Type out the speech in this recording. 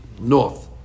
north